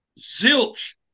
zilch